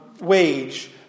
wage